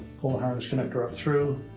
pull hose connector up through,